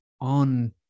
on